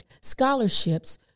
scholarships